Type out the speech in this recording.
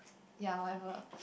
ya whatever